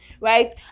right